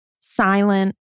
silent